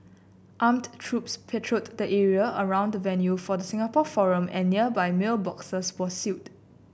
armed troops patrolled the area around the venue for the Singapore forum and nearby mailboxes were sealed